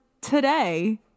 today